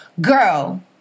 Girl